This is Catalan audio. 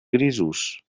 grisos